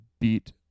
beat